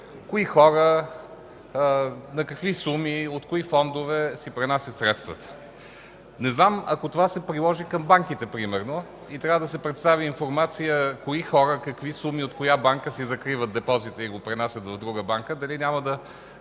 кои хора, на какви суми, от какви фондове си пренасят средствата. Не знам ако това се приложи към банките, примерно, и трябва да се представи информация кои хора, какви суми, от коя банка си закриват депозита и го пренасят в друга банка, дали няма да